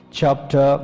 chapter